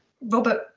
Robert